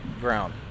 ground